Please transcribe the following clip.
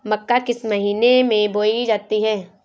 मक्का किस महीने में बोई जाती है?